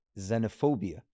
xenophobia